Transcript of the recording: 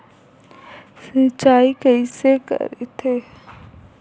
सिंचाई कइसे करथे?